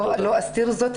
לא אסתיר זאת,